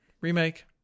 Remake